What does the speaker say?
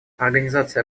организация